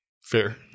Fair